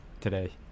today